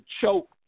choke